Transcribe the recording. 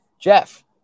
Jeff